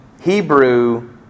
Hebrew